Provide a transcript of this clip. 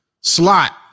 slot